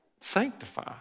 sanctify